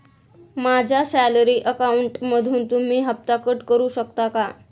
माझ्या सॅलरी अकाउंटमधून तुम्ही हफ्ता कट करू शकता का?